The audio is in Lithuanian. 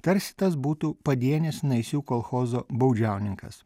tarsi tas būtų padienis naisių kolchozo baudžiauninkas